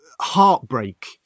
heartbreak